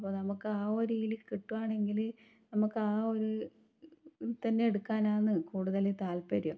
അപ്പം നമുക്ക് ആ ഒരിതിൽ കിട്ടുവാണെങ്കിൽ നമുക്ക് ആ ഒരു ഇതിൽ തന്നെ എടുക്കാനാണ് കൂടുതൽ താൽപ്പര്യം